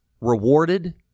rewarded